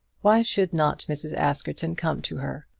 why should not mrs. askerton come to her?